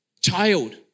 child